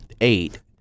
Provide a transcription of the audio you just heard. eight